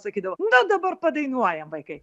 sakydavo na dabar padainuojam vaikai